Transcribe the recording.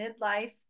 midlife